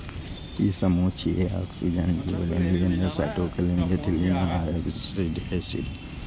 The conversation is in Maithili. ई समूह छियै, ऑक्सिन, जिबरेलिन, साइटोकिनिन, एथिलीन आ एब्सिसिक एसिड